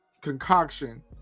concoction